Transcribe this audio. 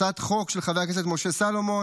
הצעת חוק של חבר הכנסת משה סולומון